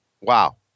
Wow